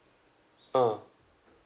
uh